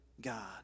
God